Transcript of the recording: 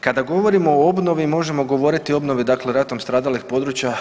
Kada govorimo o obnovi možemo govoriti o obnovi dakle ratom stradalih područja.